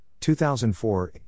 2004